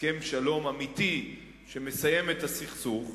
הסכם שלום אמיתי שמסיים את הסכסוך,